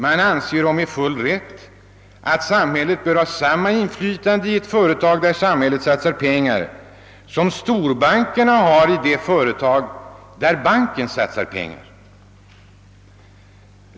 Man anser, och det med full rätt, att samhället bör ha samma inflytande i ett företag, där samhället satsar pengar, som storbankerna har i de företag, där de satsar pengar.